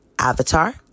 Avatar